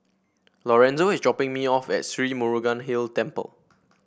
Lorenzo is dropping me off at Sri Murugan Hill Temple